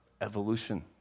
evolution